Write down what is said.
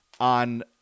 on